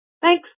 Thanks